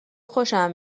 خوشم